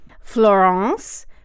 Florence